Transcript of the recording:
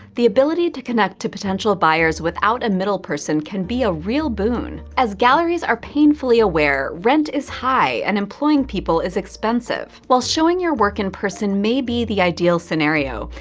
the ability to connect to potential buyers without a middle person can be a real boon. as galleries are painfully aware, rent is high and employing people is expensive. while showing your work in person may be the ideal scenario,